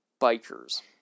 Bikers